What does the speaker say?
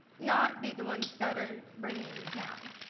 not be the ones that are bringing you down.